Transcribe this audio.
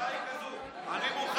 השאלה היא כזאת: אני מוכן לקבל,